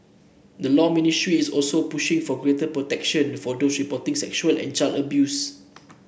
the Law Ministry is also pushing for greater protection for those reporting sexual and child abuse